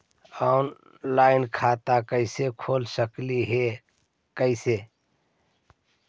Online खाता कैसे खोल सकली हे कैसे?